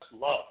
love